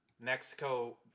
Mexico